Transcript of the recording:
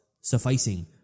sufficing